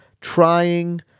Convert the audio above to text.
trying